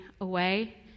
away